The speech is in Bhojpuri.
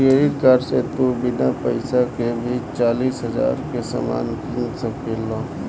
क्रेडिट कार्ड से तू बिना पइसा के भी चालीस हज़ार के सामान किन सकेल